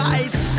ice